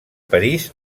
parís